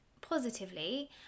positively